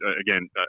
again